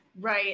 Right